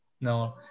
no